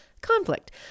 Conflict